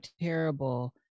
terrible